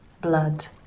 blood